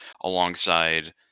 alongside